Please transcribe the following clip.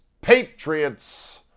Patriots